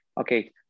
okay